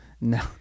no